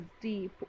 deep